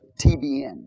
TBN